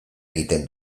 egiten